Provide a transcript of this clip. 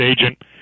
agent